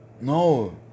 No